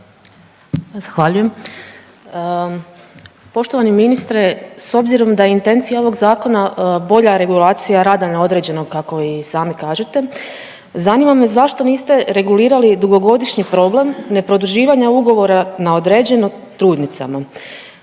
Zahvaljujem. Poštovani ministre, s obzirom da je intencija ovog zakona bolja regulacija rada na određeno kako i sami kažete zanima me zašto niste regulirali dugogodišnji problem neproduživanja ugovora na određeno trudnicama?